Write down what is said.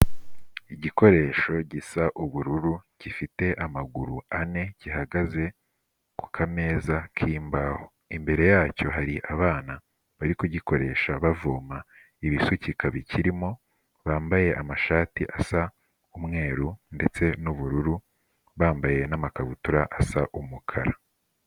Igikoresho gisa ubururu, gifite amaguru ane, gihagaze ku kameza k'imbaho, imbere yacyo hari abana bari kugikoresha bavoma ibisukika bikirimo, bambaye amashati asa umweru ndetse n'ubururu, bambaye n'amakabutura asa umukara.